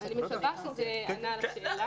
אני מקווה שזה ענה על השאלה.